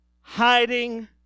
hiding